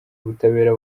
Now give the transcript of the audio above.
ubutabera